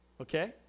Okay